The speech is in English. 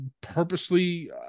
purposely